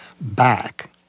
back